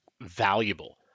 valuable